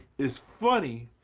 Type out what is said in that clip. is funny,